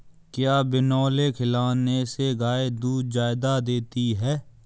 क्या बिनोले खिलाने से गाय दूध ज्यादा देती है?